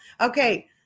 Okay